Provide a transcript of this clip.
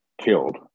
killed